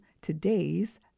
today's